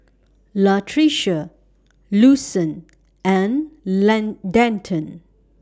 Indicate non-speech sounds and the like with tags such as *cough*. Latricia Lucien and *unintelligible* Denton